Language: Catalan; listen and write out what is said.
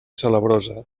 salabrosa